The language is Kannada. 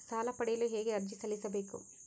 ಸಾಲ ಪಡೆಯಲು ಹೇಗೆ ಅರ್ಜಿ ಸಲ್ಲಿಸಬೇಕು?